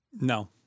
No